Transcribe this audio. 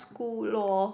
school lor